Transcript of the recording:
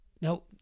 Now